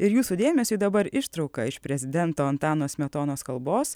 ir jūsų dėmesiui dabar ištrauka iš prezidento antano smetonos kalbos